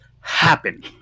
happen